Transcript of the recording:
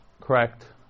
Correct